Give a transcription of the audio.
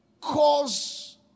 Cause